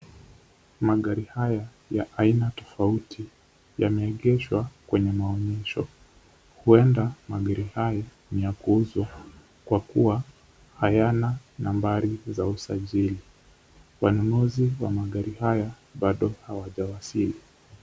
Magari haya ya aina tofauti yameegezwa kwenye maonyesho. Huenda magari haya ni ya kuuzwa kwa kuwa hayana nambari za usajili. Wanunuzi wa magari haya bado hawajawasili.